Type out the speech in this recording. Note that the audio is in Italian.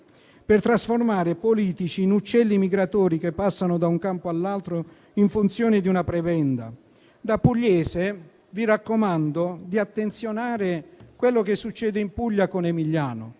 per trasformare i politici in uccelli migratori che passano da un campo all'altro, in funzione di una prebenda. Da pugliese vi raccomando di attenzionare quello che accade in Puglia con Emiliano: